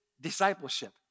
discipleship